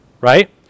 Right